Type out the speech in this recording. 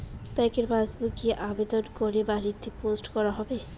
ব্যাংকের পাসবুক কি আবেদন করে বাড়িতে পোস্ট করা হবে?